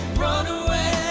run away